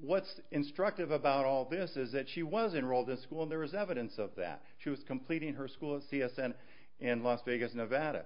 what's instructive about all this is that she was enrolled in school there is evidence of that she was completing her school at c s and in las vegas nevada